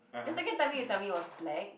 your second time then you tell me it was black